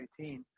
2018